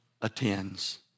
attends